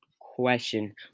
question